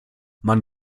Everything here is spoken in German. man